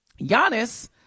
Giannis –